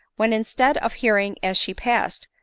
when instead of hearing as she passed,